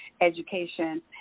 education